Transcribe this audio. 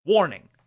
Warning